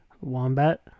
Wombat